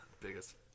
Biggest